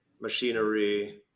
machinery